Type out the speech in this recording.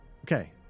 Okay